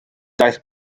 daeth